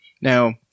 Now